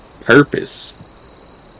purpose